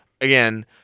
again